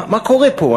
מה קורה פה?